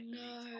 no